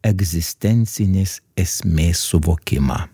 egzistencinės esmės suvokimą